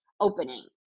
opening